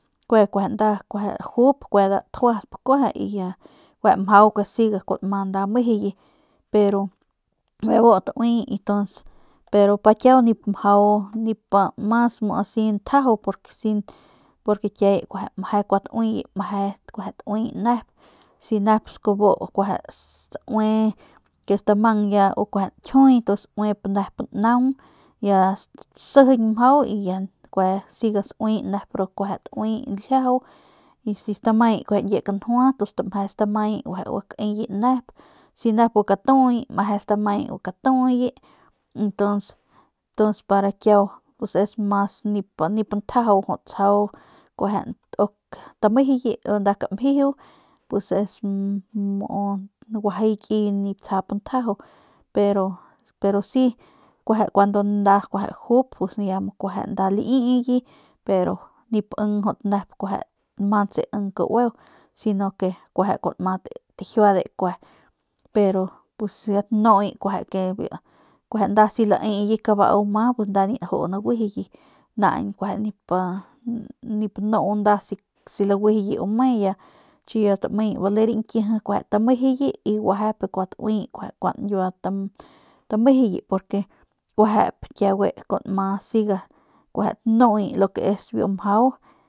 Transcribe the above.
Kueje nda jup kue nda tjuatp kueje y kue siga kua nma nda tamejuye pero bijy bu tauye y ntuns para kiau nip mjau mas muu asi nip ntjajau porque kiaye meje kua tauiye meje nepsaui y stamang ya ñkjiuy ya sauip nep naung ya saxijiñ mjau ya siga sauiye kueje tauiye ljiaju si stamayi ñkie kanjua pus meje stamaye gua kaeye nep si guakatuye meje stamaye katuye ntuns para kiau mas nip njajau jut tsjau kueje bu uk tamejuye pus nda kamjiju es muu guajay kiy nip tsjap njajau pero si si nfa kuejep jup ya mu kueje nda liiuye nip mantse nep imp kaueu si no ke kua nma tajiuade kue pero pus ya tanuye kueje si nda laiye kabau ma pus nda ni njuye naguijuye naañ nip nuu si laguijuye u me si no ya chi ya tameye bale rañkiji tamejeye y guejep bekua nkiua tamejeuye tauiye kuejep kua nma siga tanuye lo que es es biu mjau.